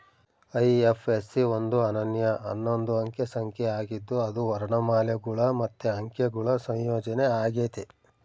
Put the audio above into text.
IFSC ಒಂದು ಅನನ್ಯ ಹನ್ನೊಂದು ಅಂಕೆ ಸಂಖ್ಯೆ ಆಗಿದ್ದು ಅದು ವರ್ಣಮಾಲೆಗುಳು ಮತ್ತೆ ಅಂಕೆಗುಳ ಸಂಯೋಜನೆ ಆಗೆತೆ